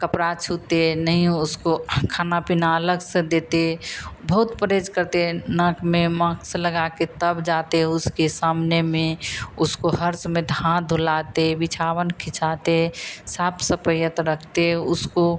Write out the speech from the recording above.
कपड़ा छूते नहीं उसको खाना पिना अलग से देते बहुत परहेज़ करते हैं नाक में माक्स लगाकर तब जाते उसके सामने में उसको हर समय तो हाथ धुलाते बिछावन खिचाते साफ सफाइयत रखते उसको